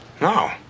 No